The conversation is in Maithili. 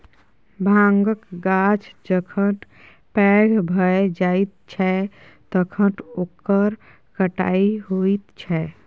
भाँगक गाछ जखन पैघ भए जाइत छै तखन ओकर कटाई होइत छै